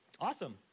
Awesome